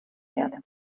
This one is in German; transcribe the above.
erde